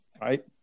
right